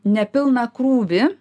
nepilną krūvį